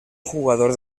jugador